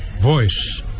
voice